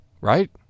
right